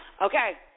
Okay